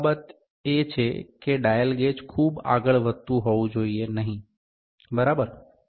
આ બાબત એ છે કે ડાયલ ગેજ ખૂબ આગળ વધતું હોવું જોઈએ નહીં બરાબર